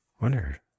wonder